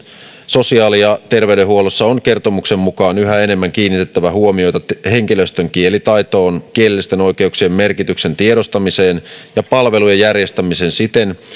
sosiaali ja terveydenhuollossa on kertomuksen mukaan yhä enemmän kiinnitettävä huomiota henkilöstön kielitaitoon kielellisten oikeuksien merkityksen tiedostamiseen ja palvelujen järjestämiseen siten